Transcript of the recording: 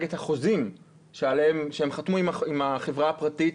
את החוזים שהם חתמו עם החברה הפרטית,